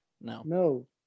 No